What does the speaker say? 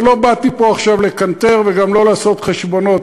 ולא באתי פה עכשיו לקנטר וגם לא לעשות חשבונות,